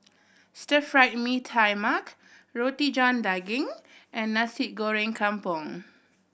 Stir Fried Mee Tai Mak Roti John Daging and Nasi Goreng Kampung